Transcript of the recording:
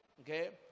Okay